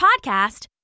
Podcast